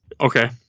Okay